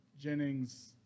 Jennings